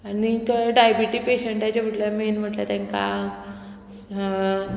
आनीक डायबिटी पेशंटाचें म्हटल्यार मेन म्हटल्यार तेंकां